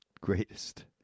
greatest